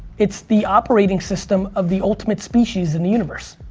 it's the operating system of the ultimate species in the universe.